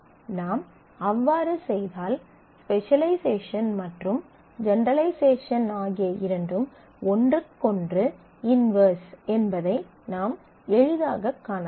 நாம் அவ்வாறு செய்தால் ஸ்பெசலைசேஷன் மற்றும் ஜெனெரலைசேஷன் ஆகிய இரண்டும் ஒன்றுக்கொன்று இன்வெர்ஸ் என்பதை நாம் எளிதாகக் காணலாம்